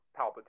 Palpatine